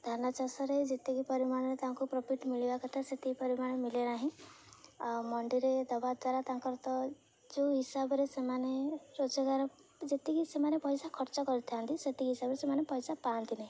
ଧାନ ଚାଷରେ ଯେତିକି ପରିମାଣରେ ତାଙ୍କୁ ପ୍ରଫିଟ୍ ମିଳିବା କଥା ସେତିକି ପରିମାଣରେ ମିଳେ ନାହିଁ ଆଉ ମଣ୍ଡିରେ ଦେବା ଦ୍ୱାରା ତାଙ୍କର ତଯେଉଁ ଯେଉଁ ହିସାବରେ ସେମାନେ ରୋଜଗାର ଯେତିକି ସେମାନେ ପଇସା ଖର୍ଚ୍ଚ କରିଥାନ୍ତି ସେତିକ ହିସାବରେ ସେମାନେ ପଇସା ପାଆନ୍ତି ନାହିଁ